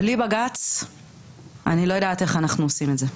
בלי בג"צ אני לא יודעת איך אנחנו עושים את זה.